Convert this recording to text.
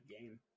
game